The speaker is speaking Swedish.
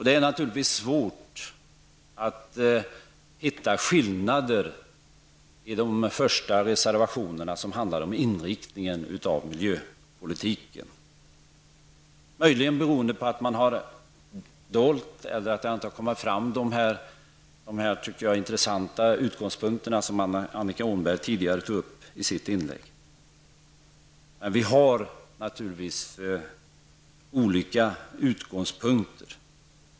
Det är svårt att hitta några skillnader i de första reservationerna, som handlar om inriktningen av miljöpolitiken -- möjligen beroende på att de som åtminstone jag tycker intressanta synpunkter som Annika Åhnberg anförde i sitt inlägg inte har kommit till uttryck. Men vi har naturligtvis olika utgångspunkter.